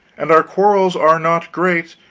and our quarrels are not great,